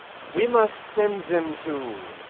we must send zem to.